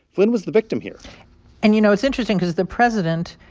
flynn was the victim here and, you know, it's interesting because the president